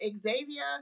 Xavier